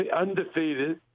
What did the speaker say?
undefeated